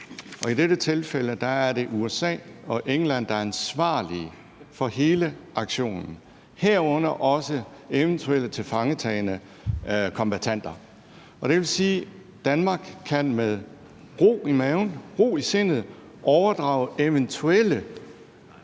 I dette tilfælde er det USA og England, der er ansvarlige for hele aktionen, herunder også eventuelle tilfangetagne kombattanter. Det vil sige, at Danmark med ro i maven og i sindet kan overdrage eventuelle